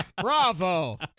Bravo